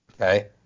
Okay